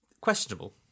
Questionable